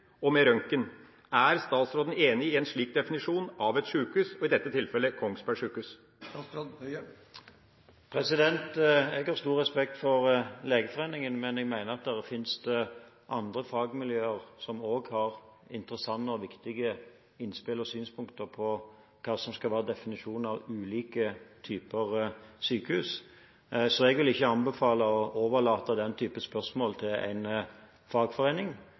og med røntgen. Er statsråden enig i en slik definisjon av et sykehus, og i dette tilfellet Kongsberg sykehus? Jeg har stor respekt for Legeforeningen, men jeg mener at det finnes andre fagmiljøer som også har interessante og viktige innspill og synspunkter på hva som skal være definisjonen av ulike typer sykehus. Derfor vil jeg ikke anbefale å overlate den typen spørsmål til én fagforening.